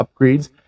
upgrades